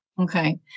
Okay